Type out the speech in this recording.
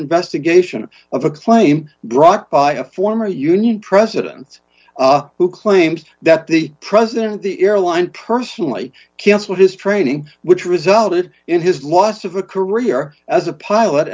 investigation of a claim brought by a former union president who claims that the president the airline personally cancelled his training which resulted in his loss of a career as a pilot